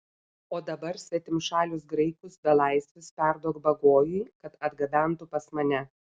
o dabar svetimšalius graikus belaisvius perduok bagojui kad atgabentų pas mane